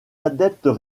adeptes